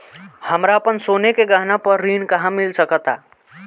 हमरा अपन सोने के गहना पर ऋण कहां मिल सकता?